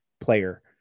player